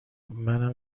منم